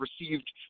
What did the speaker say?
received